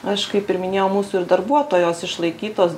aš kaip ir minėjau mūsų ir darbuotojos išlaikytos